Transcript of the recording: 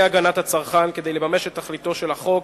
הגנת הצרכן כדי לממש את תכליתו של החוק,